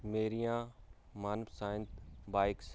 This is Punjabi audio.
ਮੇਰੀਆਂ ਮਨ ਪਸੰਦ ਬਾਈਕਸ